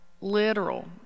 literal